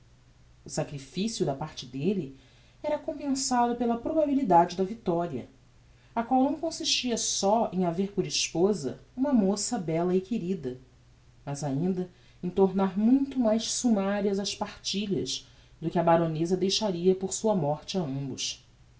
o sacrificio da parte delle era compensado pela probabilidade da victoria a qual não consistia só em haver por esposa uma moça bella e querida mas ainda em tornar muito mais summarias as partilhas do que a baroneza deixaria por sua morte a ambos